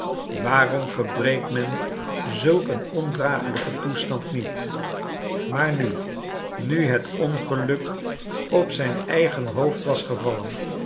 waarom verbreekt men zulk een ondragelijken toestand niet maar nu nu het ongeluk op zijn eigen hoofd was gevallen